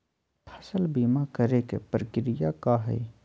फसल बीमा करे के प्रक्रिया का हई?